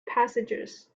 passages